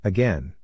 Again